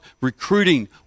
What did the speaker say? recruiting